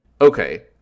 okay